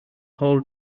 hall